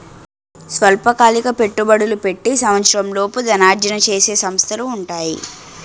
స్వల్పకాలిక పెట్టుబడులు పెట్టి సంవత్సరంలోపు ధనార్జన చేసే సంస్థలు ఉంటాయి